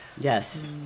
Yes